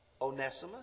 Onesimus